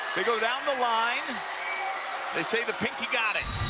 they go down the line they say the pink, you got and